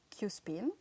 Qspin